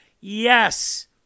Yes